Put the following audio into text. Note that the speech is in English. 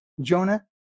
Jonah